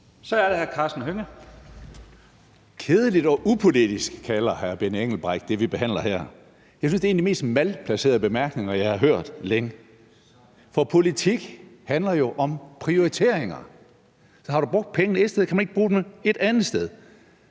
Kl. 11:41 Karsten Hønge (SF): Kedeligt og upolitisk kalder hr. Benny Engelbrecht det, vi behandler her. Jeg synes, det er en af de mest malplacerede bemærkninger, jeg har hørt længe, for politik handler jo om prioriteringer. Har man brugt pengene et sted, kan man ikke bruge dem et andet sted.